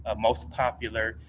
ah most popular,